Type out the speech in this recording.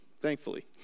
thankfully